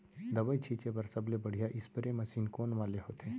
दवई छिंचे बर सबले बढ़िया स्प्रे मशीन कोन वाले होथे?